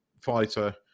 fighter